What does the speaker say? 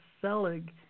Selig